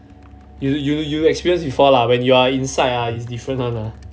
you you you experience before lah when you are inside ah is different one lah